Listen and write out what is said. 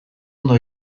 ondo